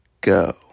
go